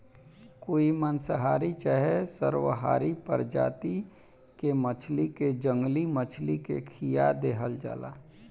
कोई मांसाहारी चाहे सर्वाहारी प्रजाति के मछली के जंगली मछली के खीया देहल जाला